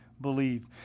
believe